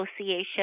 Association